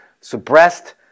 suppressed